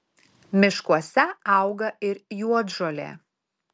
miškuose auga ir juodžolė